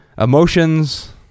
Emotions